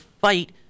fight